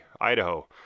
Idaho